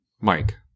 Mike